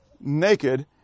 naked